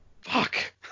fuck